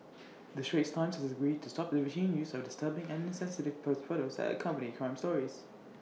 the straits times has agreed to stop the routine use of disturbing and insensitive posed photos that accompany crime stories